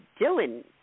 Dylan